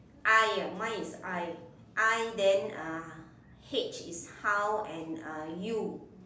I ah mine is I I then uh H is how and uh U